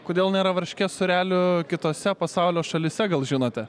kodėl nėra varškės sūrelių kitose pasaulio šalyse gal žinote